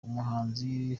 umuhanzi